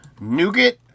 Nougat